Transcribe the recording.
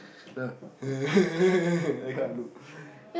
the that kind of look